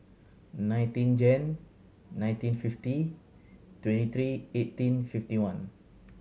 nineteen Jan nineteen fifty twenty three eighteen fifty one